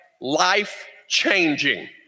life-changing